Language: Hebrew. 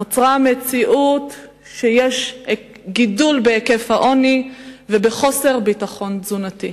כשבישראל נוצרה מציאות שיש גידול בהיקף העוני ובחוסר הביטחון התזונתי.